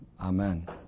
Amen